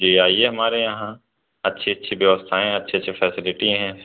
जी आइए हमारे यहाँ अच्छी अच्छी व्यवस्थाएँ अच्छे अच्छे फ़ैसेलिटी हैं